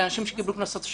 אנשים שקיבלו קנסות.